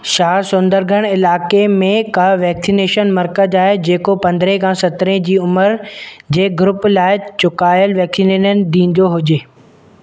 छा सुंदरगढ़ इलाइक़े में का वैक्सीनेशन मर्कज़ आहे जेको पंद्रहें खां सत्रहें जी उमिरि जे ग्रूप लाइ चुकायल वैक्सीनेन ॾींदो हुजे